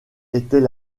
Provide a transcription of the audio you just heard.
était